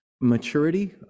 maturity